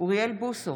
אוריאל בוסו,